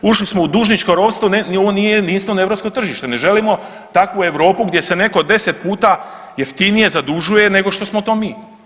Ušli smo u dužničko ropstvo, ovo nije jedinstveno europsko tržište, ne želimo takvu Europu gdje se netko deset puta jeftinije zadužuje nego što smo to mi.